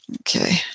Okay